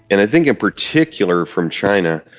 and i think in particular from china.